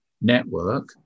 network